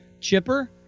Chipper